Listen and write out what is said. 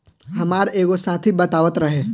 हामार एगो साथी बतावत रहे